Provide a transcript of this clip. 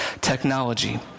technology